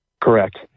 Correct